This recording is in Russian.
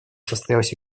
состоялся